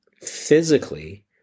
physically